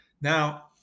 now